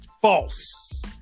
False